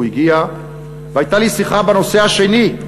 הוא הגיע, והייתה לי שיחה בנושא השני,